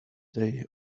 day